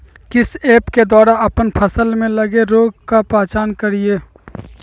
किस ऐप्स के द्वारा अप्पन फसल में लगे रोग का पहचान करिय?